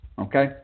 Okay